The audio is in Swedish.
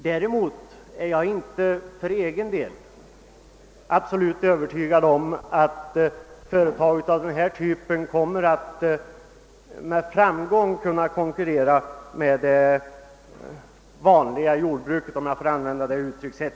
Jag är inte heller helt övertygad om att företag av denna typ med framgång kan konkurrera med vanliga jordbruk — om jag får använda det uttrycket.